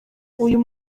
uyu